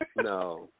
no